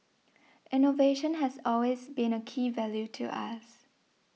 innovation has always been a key value to us